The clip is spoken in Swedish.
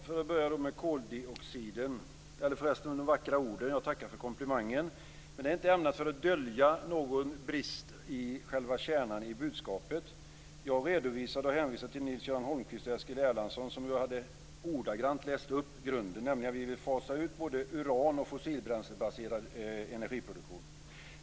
Fru talman! För att börja med de vackra orden, tackar jag för komplimangen. Men de är inte ämnade att dölja någon brist i själva kärnan i budskapet. Jag hänvisade till Nils-Göran Holmqvist och Eskil Erlandsson, som ju ordagrant har läst upp grunden, nämligen att vi vill fasa ut både uran och fossilbränslebaserad energiproduktion.